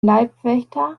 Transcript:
leibwächter